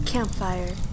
Campfire